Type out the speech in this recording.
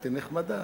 מחויכת,